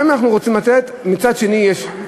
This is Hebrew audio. גם אם אנחנו רוצים לתת, מצד שני יש,